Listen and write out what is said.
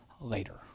later